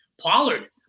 Pollard